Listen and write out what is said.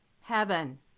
heaven